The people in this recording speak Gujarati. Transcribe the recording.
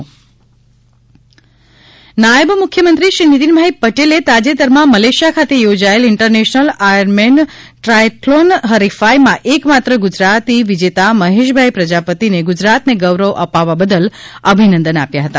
ટ્રાયથ્લોન સ્પર્ધા નાયબ મુખ્યમંત્રી શ્રી નીતિનભાઇ પટેલે તાજેતરમાં મલેશિયા ખાતે યોજાયેલ ઇન્ટરનેશનલ આયર્નમેન દ્રાયથ્લોન હરિફાઇમાં એક માત્ર ગુજરાતી વિજેતા મહેશભાઇ પ્રજાપતિને ગુજરાતને ગૌરવ અપાવવા બદલ અભિનંદન આપ્યા હતા